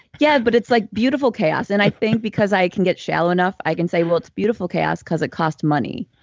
yeah, but it's like beautiful chaos. and i think because i can get shallow enough i can say well, it's beautiful chaos because it cost money.